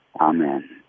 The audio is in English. Amen